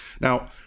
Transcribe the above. Now